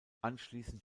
anschließend